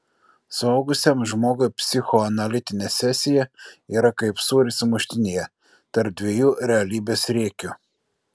suaugusiam žmogui psichoanalitinė sesija yra kaip sūris sumuštinyje tarp dviejų realybės riekių